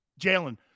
Jalen